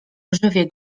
żywię